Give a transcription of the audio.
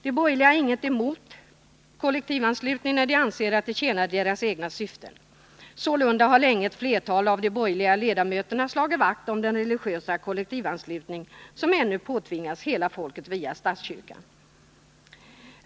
De borgerliga har inget emot kollektivanslutning, när de anser att den tjänar deras egna syften. Sålunda har länge ett flertal av de borgerliga ledamöterna slagit vakt om den religiösa kollektivanslutning som ännu påtvingas hela folket via statskyrkan.